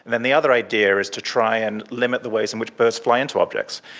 then the other idea is to try and limit the ways in which birds fly into objects.